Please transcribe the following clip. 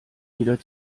wieder